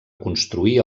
construir